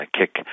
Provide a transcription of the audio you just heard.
kick